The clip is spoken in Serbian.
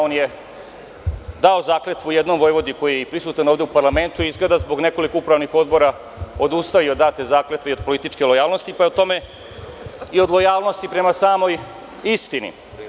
On je dao zakletvu jednom vojvodi koji je prisutan ovde u parlamentu i izgleda zbog nekoliko upravnih odbora odustao je i od date zakletve i političke lojalnosti, pa i od lojalnosti prema samoj istini.